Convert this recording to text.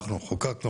אנחנו חוקקנו,